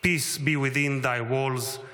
peace be within thy walls,